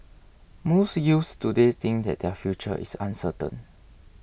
most youths today think that their future is uncertain